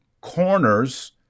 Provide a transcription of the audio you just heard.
corners